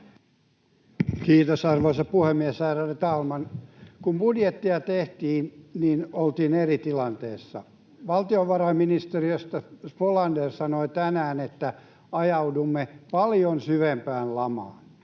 Kiitos, arvoisa puhemies, ärade talman! Kun budjettia tehtiin, oltiin eri tilanteessa. Valtiovarainministeriöstä Spolander sanoi tänään, että ajaudumme paljon syvempään lamaan.